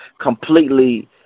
completely –